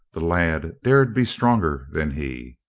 the lad dared be stronger than he.